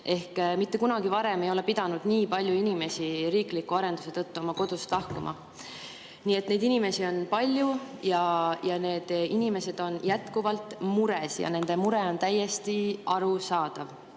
21. Mitte kunagi varem ei ole pidanud nii palju inimesi riikliku arenduse tõttu oma kodust lahkuma. Neid inimesi on palju, need inimesed on jätkuvalt mures ja nende mure on täiesti arusaadav.